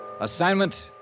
Assignment